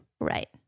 right